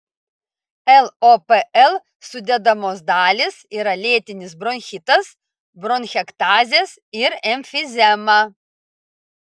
lopl sudedamos dalys yra lėtinis bronchitas bronchektazės ir emfizema